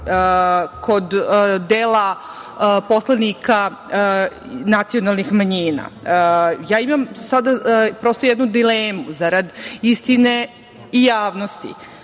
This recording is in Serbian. kod dela poslanika nacionalnih manjina. Ja sada imam prosto jednu dilemu, zarad istine i javnosti